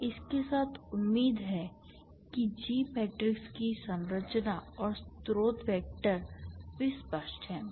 तो इसके साथ उम्मीद है कि G मैट्रिक्स की संरचना और स्रोत वेक्टर वे स्पष्ट हैं